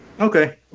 Okay